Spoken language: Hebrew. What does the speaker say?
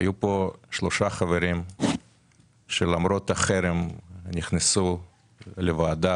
היו כאן שלושה חברים שלמרות החרם נכנסו לוועדה